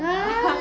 ya then